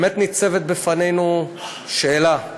באמת ניצבת בפנינו שאלה,